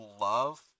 love